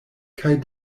kaj